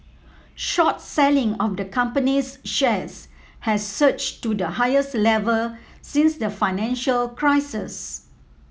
short selling of the company's shares has surged to the highest level since the financial crisis